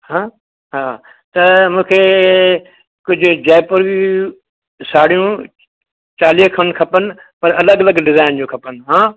त मूंखे कुझु जयपुरी साड़ियूं चालीह खन खपनि पर अलॻि अलॻि डिज़ाइन जूं खपनि हां